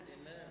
Amen